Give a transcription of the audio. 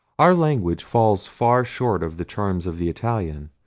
our language falls far short of the charms of the italian,